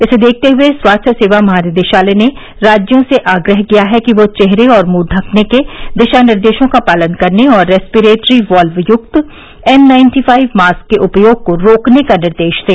इसे देखते हुए स्वास्थ्य सेवा महानिदेशालय ने राज्यों से आग्रह किया है कि वे चेहरे और मुंह ढकने के दिशा निर्देशों का पालन करने और रेस्पिरेटरी वॉल्व युक्त एन नाइन्टी फाइव मास्क के उपयोग को रोकने का निर्देश दें